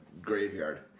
graveyard